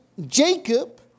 Jacob